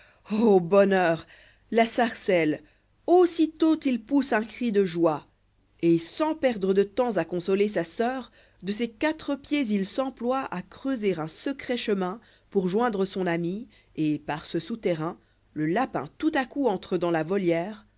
bonheur la sarcelle aussitôt il pousse un cri de joie et sans perdre de temps à consoler sa soeur de ses quatre pieds il s'emploie a creuser un secret chemin pour joindre son amie et par ce souterrain lé lapin tout à coup entre dans la volière